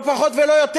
לא פחות ולא יותר.